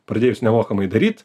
pradėjus nemokamai daryt